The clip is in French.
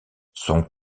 son